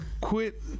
quit